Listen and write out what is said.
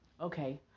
okay